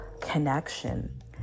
connection